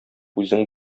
үзең